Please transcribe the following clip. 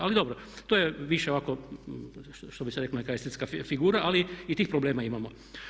Ali dobro, to je više ovako što bi se reklo neka estetska figura ali i tih problema imamo.